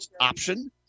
option